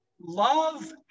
love